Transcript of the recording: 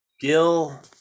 Gil